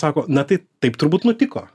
sako na tai taip turbūt nutiko